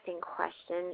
question